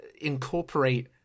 incorporate